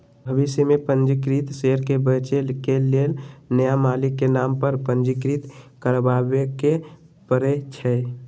भविष में पंजीकृत शेयर के बेचे के लेल नया मालिक के नाम पर पंजीकृत करबाबेके परै छै